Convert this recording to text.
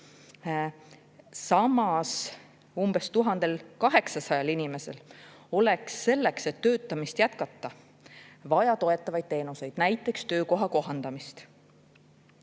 Samas umbes 1800 inimesel oleks selleks, et töötamist jätkata, vaja toetavaid teenuseid, näiteks töökoha kohandamist.